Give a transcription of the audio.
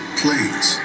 planes